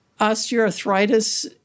Osteoarthritis